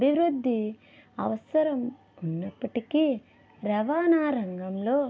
అభివృద్ధి అవసరం ఉన్నప్పటికీ రవాణా రంగంలో